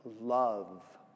love